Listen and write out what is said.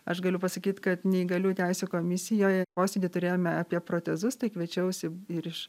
aš galiu pasakyt kad neįgaliųjų teisių komisijoje posėdyje turėjome apie protezus tai kviečiausi ir iš